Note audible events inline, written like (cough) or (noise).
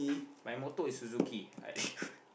my motto is Suzuki I (noise)